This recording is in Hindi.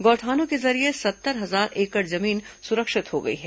गौठानों के जरिये सत्तर हजार एकड़ जमीन सुरक्षित हो गई है